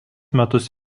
metus